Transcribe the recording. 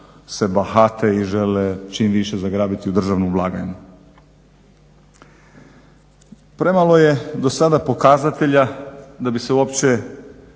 se bahate i žele čim više zagrabiti u državnu blagajnu. Premalo je do sada pokazatelja da bi se uopće